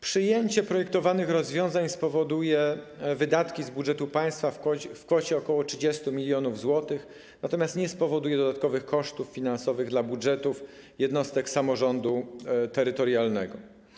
Przyjęcie projektowanych rozwiązań spowoduje wydatki z budżetu państwa w kwocie ok. 30 mln zł, natomiast nie spowoduje dodatkowych kosztów finansowych dla budżetów jednostek samorządu terytorialnego.